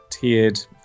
tiered